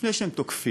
לפני שאתם תוקפים,